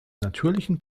natürlichen